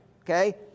Okay